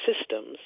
systems